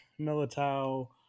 Militao